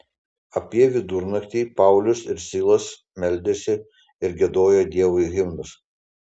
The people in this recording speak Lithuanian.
apie vidurnaktį paulius ir silas meldėsi ir giedojo dievui himnus